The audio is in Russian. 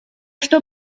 что